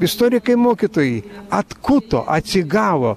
istorikai mokytojai atkuto atsigavo